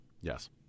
Yes